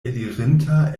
elirinta